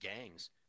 gangs